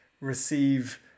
receive